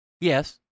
Yes